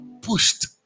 pushed